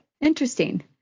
Interesting